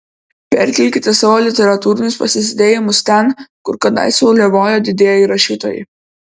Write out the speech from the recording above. perkelkite savo literatūrinius pasisėdėjimus ten kur kadaise uliavojo didieji rašytojai